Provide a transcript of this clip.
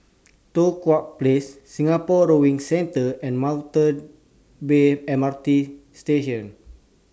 Tua Kong Place Singapore Rowing Centre and Mount bare M R T Station